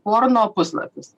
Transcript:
porno puslapius